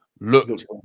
looked